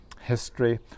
history